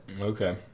okay